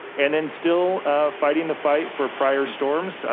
and then still fighting the fight for prior storms.